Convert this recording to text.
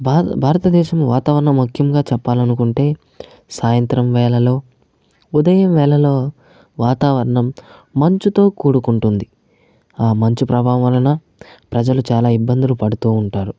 భార భారతదేశం వాతావరణం ముఖ్యంగా చెప్పాలనుకుంటే సాయంత్రం వేళలో ఉదయం వేళలో వాతావరణం మంచుతో కూడుకుంటుంది ఆ మంచు ప్రభావం వలన ప్రజలు చాలా ఇబ్బందులు పడుతు ఉంటారు